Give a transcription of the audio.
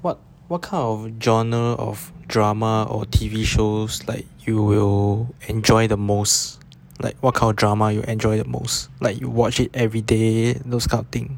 what what kind of genre of drama or T_V shows like you will enjoy the most like what kind of drama you enjoy the most like you watch it everyday those kind of thing